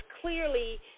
clearly